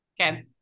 Okay